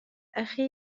أخي